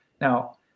Now